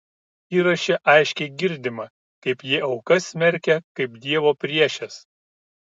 įraše aiškiai girdima kaip jie aukas smerkia kaip dievo priešes